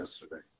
yesterday